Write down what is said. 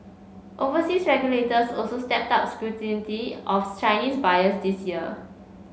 overseas regulators also stepped up scrutiny of Chinese buyers this year